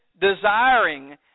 desiring